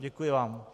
Děkuji vám.